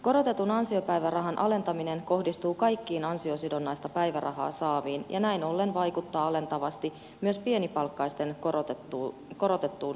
korotetun ansiopäivärahan alentaminen kohdistuu kaikkiin ansiosidonnaista päivärahaa saaviin ja näin ollen vaikuttaa alentavasti myös pienipalkkaisten korotettuun ansio osaan